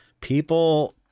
people